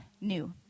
New